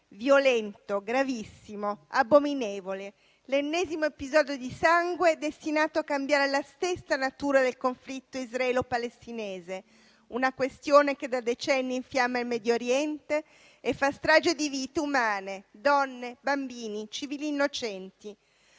violento, gravissimo, abominevole. È l'ennesimo episodio di sangue destinato a cambiare la stessa natura del conflitto israelo-palestinese, una questione che da decenni infiamma il Medio Oriente e fa strage di vite umane, donne, bambini, civili innocenti.